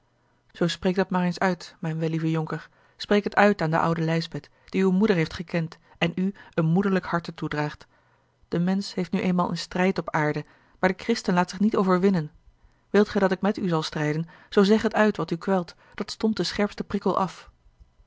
zoo spreek dat maar eens uit mijn wellieve jonker spreek het uit aan de oude lijsbeth die uwe moeder heeft gekend en u een moederlijk harte toedraagt de mensch heeft nu eenmaal een strijd op aarde maar de christen laat zich niet overwinnen wilt gij dat ik met u zal strijden zoo zeg het uit wat u kwelt dat stompt den scherpsten prikkel af